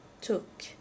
took